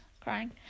crying